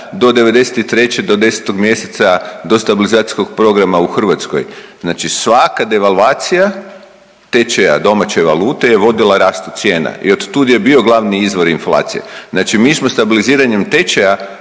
do '93. do 10. mjeseca do stabilizacijskog programa u Hrvatskoj. Znači svaka devalvacija tečaja domaće valute je vodila rastu cijena i od tud je bio glavni izvor inflacije. Znači, mi smo stabiliziranjem tečaja